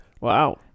Wow